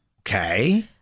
Okay